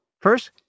First